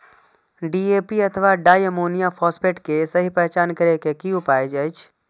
DAP अथवा diammonium phosphate के सहि पहचान करे के कि उपाय अछि?